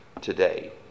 today